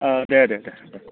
औ दे दे